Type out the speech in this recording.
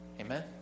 Amen